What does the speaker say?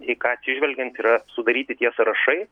į ką atsižvelgiant yra sudaryti tie sąrašai